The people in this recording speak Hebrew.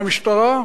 המשטרה?